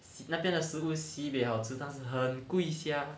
那边的食物 sibeh 的好吃但很贵 sia